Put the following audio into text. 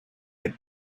had